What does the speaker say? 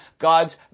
God's